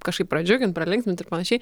kažkaip pradžiugint pralinksmint ir panašiai